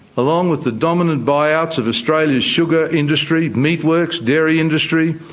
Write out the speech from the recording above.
along with the dominant buyouts of australia's sugar industry, meat works, dairy industry,